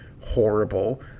horrible